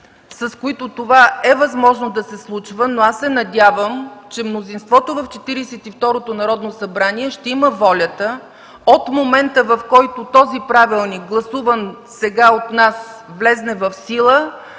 с които това е възможно да се случва, но се надявам, че мнозинството в Четиридесет и второто Народно събрание ще има волята от момента, в който този правилник, гласуван сега от нас, влезе в сила,